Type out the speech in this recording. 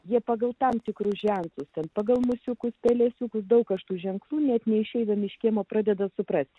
jie pagal tam tikrus ženklus ir pagal mažiukus pelėsiukas daug kas tų ženklų net neišeidami iš kiemo pradeda suprasti